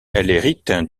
hérite